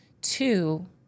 Two